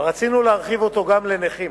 רצינו להרחיב אותו גם לנכים.